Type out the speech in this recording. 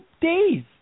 days